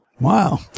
Wow